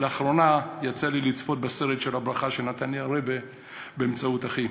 לאחרונה יצא לי לצפות בסרט של הברכה שנתן לי הרעבע באמצעות אחי.